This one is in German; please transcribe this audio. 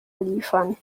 liefern